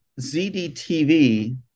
ZDTV